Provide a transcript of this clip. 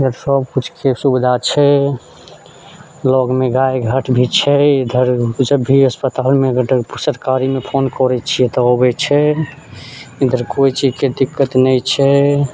इधर सब कुछके सुविधा छै लगमे गायघाट भी छै इधर जब भी अस्पतालमे सरकारीमे फोन करै छियै तऽ अबै छै इधर कोइ चीजके दिक्कत नहि छै